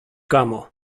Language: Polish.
kamo